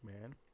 man